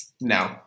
No